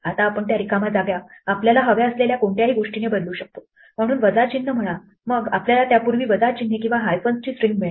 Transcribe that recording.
आता आपण त्या रिकाम्या जागा आपल्याला हव्या असलेल्या कोणत्याही गोष्टीने बदलू शकतो म्हणून वजा चिन्ह म्हणा मग आपल्याला त्यापूर्वी वजा चिन्हे किंवा हायफन्सची स्ट्रिंग मिळेल